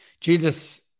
Jesus